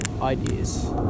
ideas